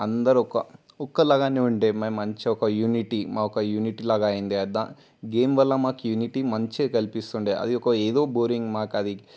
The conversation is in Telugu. అందరూ ఒక్క ఒక్క లాగానే ఉండేది మేము మంచి ఒక యూనిటీ ఒక యూనిటీ లాగా అయ్యింది గేమ్ వల్ల మాకు యూనిటీ మంచిగా కల్పిస్తూ ఉండేది అది ఒక ఏదో బోరింగ్ మాకు అది